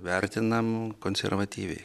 vertinam konservatyviai